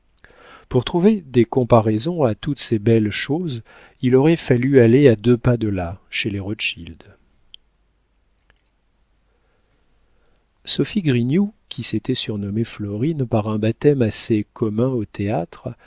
pour trouver des comparaisons à toutes ces belles choses il aurait fallu aller à deux pas de là chez rothschild sophie grignoult qui s'était surnommée florine par un baptême assez commun au théâtre